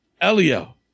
Elio